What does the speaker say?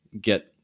get